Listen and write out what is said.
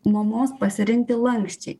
mamoms pasirinkti lanksčiai